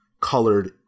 colored